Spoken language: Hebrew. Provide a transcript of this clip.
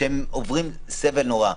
שהם עוברים סבל נורא.